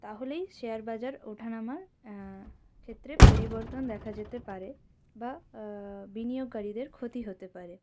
তাহলেই শেয়ার বাজার ওঠা নামার ক্ষেত্রে পরিবর্তন দেখা যেতে পারে বা বিনিয়োগকারীদের ক্ষতি হতে পারে